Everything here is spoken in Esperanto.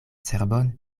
cerbon